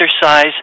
exercise